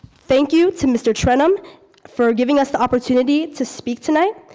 thank you to mr. trenum for giving us the opportunity to speak tonight,